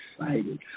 excited